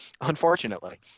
Unfortunately